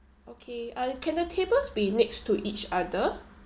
okay uh can the tables be next to each other